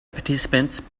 participants